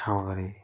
ठाउँ हरे